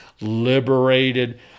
liberated